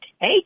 Hey